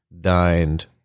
dined